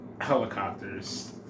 helicopters